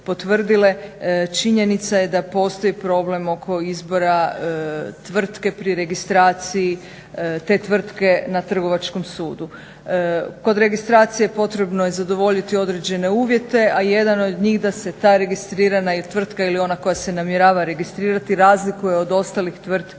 činjenica je da postoji problem oko izbora tvrtke pri registraciji te tvrtke na Trgovačkom sudu. Kod registracije potrebno je zadovoljiti određene uvjete a jedan od njih da se ta registrirana ili tvrtka ili ona koja se namjerava registrirati razlikuje od ostalih tvrtki